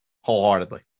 wholeheartedly